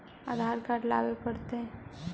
आधार card लाबे पड़तै?